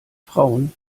frauen